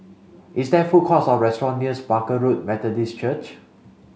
is there food courts or restaurant nears Barker Road Methodist Church